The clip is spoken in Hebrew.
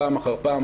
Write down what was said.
פעם אחר פעם,